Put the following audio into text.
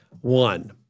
One